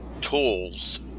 tools